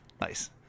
Nice